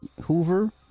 Hoover